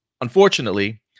unfortunately